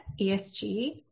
ESG